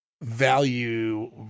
value